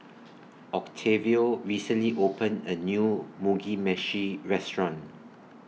Octavio recently opened A New Mugi Meshi Restaurant